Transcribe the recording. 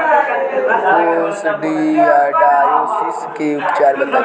Coccidiosis के उपचार बताई?